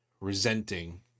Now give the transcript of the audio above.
resenting